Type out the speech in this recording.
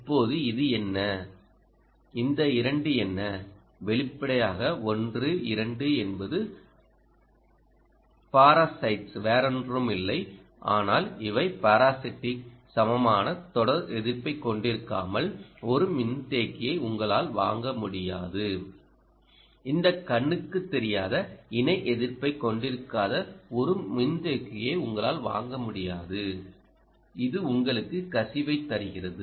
இப்போது இது என்ன இந்த இரண்டு என்ன வெளிப்படையாக 12 என்பது பாராசைட்ஸ வேறொன்றுமில்லை ஆனால் இவை பாராஸிடிக் சமமான தொடர் எதிர்ப்பைக் கொண்டிருக்காமல் ஒரு மின்தேக்கியை உங்களால் வாங்க முடியாது இந்த கண்ணுக்குத் தெரியாத இணை எதிர்ப்பைக் கொண்டிருக்காத ஒரு மின்தேக்கியை உங்களால் வாங்க முடியாது இது உங்களுக்கு கசிவைத் தருகிறது